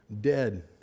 dead